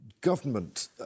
government